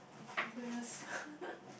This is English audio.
goodness